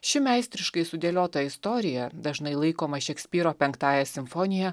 ši meistriškai sudėliota istorija dažnai laikoma šekspyro penktąja simfonija